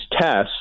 tests